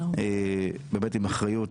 את באמת עם אחריות,